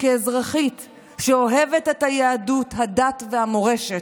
כאזרחית שאוהבת את היהדות, הדת והמורשת,